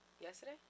Yesterday